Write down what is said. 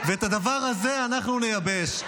ואת הדבר הזה אנחנו נייבש.